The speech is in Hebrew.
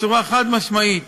בצורה חד-משמעית